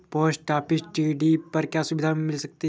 Post office TD पर क्या सुविधाएँ मिल सकती है?